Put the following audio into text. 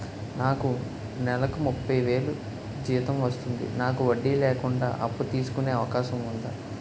నాకు నేలకు ముప్పై వేలు జీతం వస్తుంది నాకు వడ్డీ లేకుండా అప్పు తీసుకునే అవకాశం ఉందా